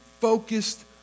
focused